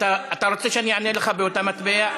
אתה רוצה שאני אענה לך באותו מטבע?